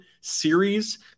series